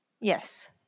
yes